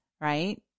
right